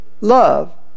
love